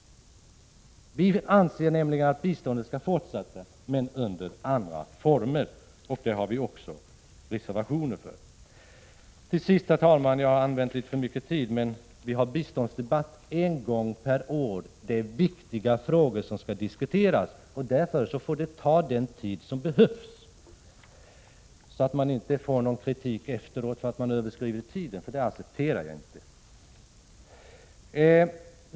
Vi anser således att bistånd skall ges även i fortsättningen men under andra former. Det har vi också reservationer om. Jag har, herr talman, använt litet för mycket tid, men vi har bara biståndsdebatt en gång om året. Det är viktiga frågor som skall diskuteras, och därför får det ta den tid som behövs. Jag accepterar således ingen kritik för att jag har överskridit den angivna taletiden.